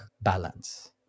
balance